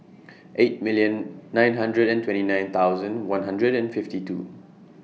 eight million nine hundred and twenty nine thousand one hundred and fifty two